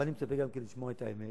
אבל אני מצפה גם לשמוע את האמת,